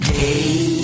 day